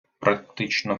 практично